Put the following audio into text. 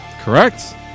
Correct